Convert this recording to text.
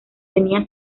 tenía